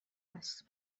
است